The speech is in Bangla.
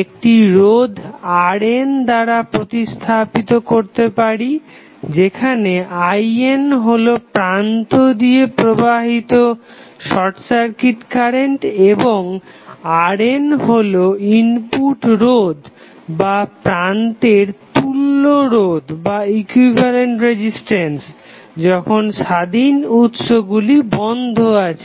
একটি রোধ RN দ্বারা প্রতিস্থাপিত করতে পারি যেখানে IN হলো প্রান্ত দিয়ে প্রবাহিত শর্ট সার্কিট কারেন্ট এবং RN হলো ইনপুট রোধ বা প্রান্তের তুল্য রোধ যখন স্বাধীন উৎসগুলি বন্ধ আছে